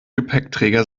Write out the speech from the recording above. gepäckträger